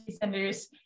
centers